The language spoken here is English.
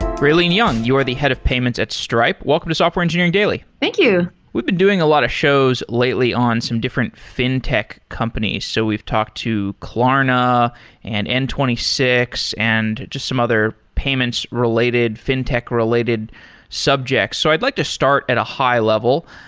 raylene yung, you are the head of payments at stripe. welcome to software engineering daily thank you we've been doing a lot of shows lately on some different fintech companies. so we've talked to klarna and n two six and just some other payments related, fintech related subjects. so i'd like to start at a high level.